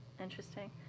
Interesting